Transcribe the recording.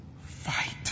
fight